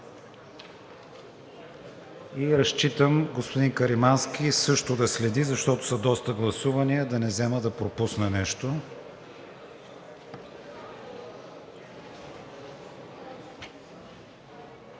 Разчитам господин Каримански също да следи, защото са доста гласувания, да не взема да пропусна нещо.